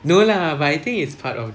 no lah but I think it's part of